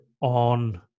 on